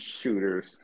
shooters